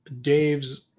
Dave's